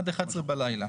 עד 23:00 בלילה.